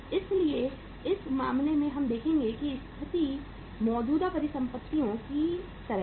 इसलिए इस मामले में हम देखेंगे कि स्थिति मौजूदा परिसंपत्तियों की तरह है